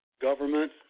government